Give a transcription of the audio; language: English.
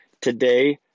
today